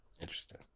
Interesting